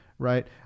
Right